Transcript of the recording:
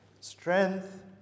strength